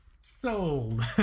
sold